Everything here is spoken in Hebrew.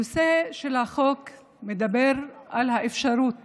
הנושא של החוק מדבר על האפשרות